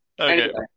Okay